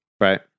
Right